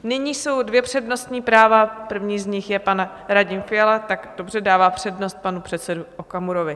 Nyní jsou dvě přednostní práva, první z nich je pan Radim Fiala, dobře, dává přednost panu předsedovi Okamurovi.